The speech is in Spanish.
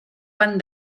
pan